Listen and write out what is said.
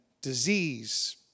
disease